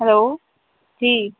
hello جی